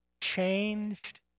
changed